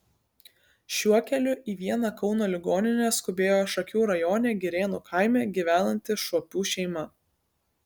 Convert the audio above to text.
šiuo keliu į vieną kauno ligoninę skubėjo šakių rajone girėnų kaime gyvenanti šuopių šeima